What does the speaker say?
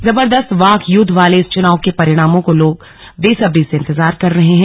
जबरदस्त वाक् युद्ध वाले इस चुनाव के परिणामों का लोग बेसब्री से इंतजार कर रहे हैं